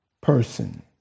person